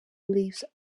leaves